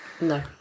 No